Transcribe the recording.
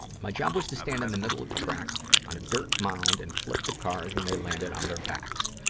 my job was to stand in the middle of the track on a dirt mound and flip the cars when they landed on their backs.